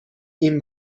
این